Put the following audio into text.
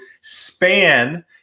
span